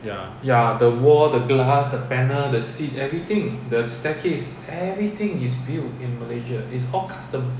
ya